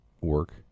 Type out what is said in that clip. work